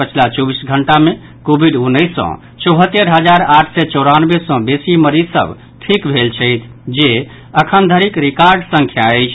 पछिला चौबीस घंटा मे कोविड उन्नैस सॅ चौहत्तरि हजार आठ सय चौरानवे सॅ बेसी मरीज सभ ठीक भेल छथि जे अखनधरिक रिकार्ड संख्या अछि